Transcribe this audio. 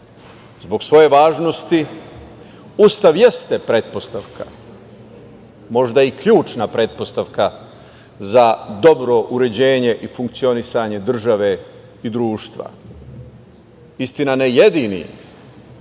svoje važnosti, Ustav jeste pretpostavka, možda i ključna pretpostavka, za dobro uređenje i funkcionisanje države i društva, istina ne jedini,